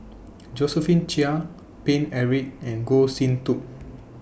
Josephine Chia Paine Eric and Goh Sin Tub